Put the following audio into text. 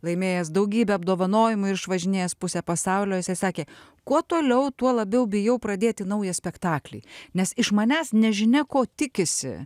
laimėjęs daugybę apdovanojimų ir išvažinėjęs pusę pasaulio jisai sakė kuo toliau tuo labiau bijau pradėti naują spektaklį nes iš manęs nežinia ko tikisi